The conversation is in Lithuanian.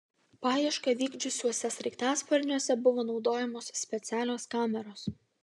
paiešką vykdžiusiuose sraigtasparniuose buvo naudojamos specialios kameros